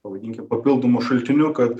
pavadinkim papildomu šaltiniu kad